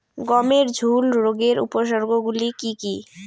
গমের ঝুল রোগের উপসর্গগুলি কী কী?